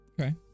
Okay